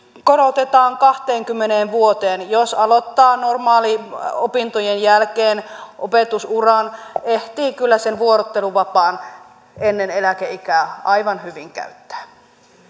korotetaan kahteenkymmeneen vuoteen jos aloittaa normaaliopintojen jälkeen opetusuran ehtii kyllä sen vuorotteluvapaan ennen eläkeikää aivan hyvin käyttää